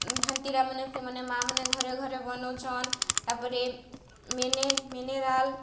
ହେନ୍ତିଟାମାନେ ସେମାନେ ମା'ମାନେ ଘରେ ଘରେ ବନଉଛନ୍ ତାପରେ ମେନେ ମିନେରାଲ୍